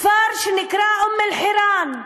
כפר שנקרא אום-אלחיראן.